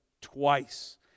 twice